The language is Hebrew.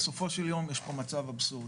בסופו של יום יש פה מצב אבסורדי,